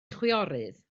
chwiorydd